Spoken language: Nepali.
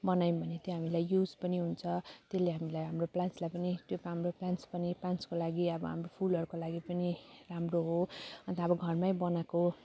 बनायौँ भने चाहिँ हामीलाई युज पनि हुन्छ त्यसले हामीलाई हाम्रो प्लान्ट्सलाई पनि त्यो हाम्रो प्लान्ट्स पनि प्लान्ट्सको लागि अब हाम्रो फुलहरूको लागि पनि राम्रो हो अन्त अब घरमै बनाएको